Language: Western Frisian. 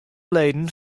leden